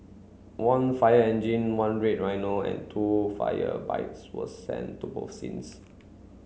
one fire engine one red rhino and two fire bikes were sent to both scenes